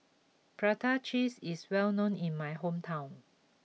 Prata Cheese is well known in my hometown